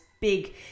big